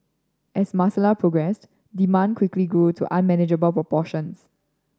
as Marcella progressed demand quickly grew to unmanageable proportions